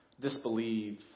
disbelieve